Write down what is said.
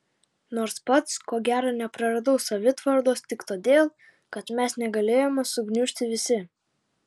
nors pats ko gero nepraradau savitvardos tik todėl kad mes negalėjome sugniužti visi